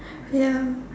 ya